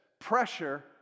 pressure